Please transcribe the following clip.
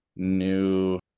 New